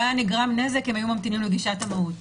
לא היה נגרם נזק אם היו ממתינים לפגישת המהות.